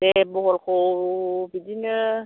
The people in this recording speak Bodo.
दे बहलखौ बिदिनो